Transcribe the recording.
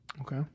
Okay